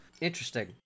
Interesting